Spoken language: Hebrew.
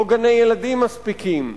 לא גני-ילדים מספיקים,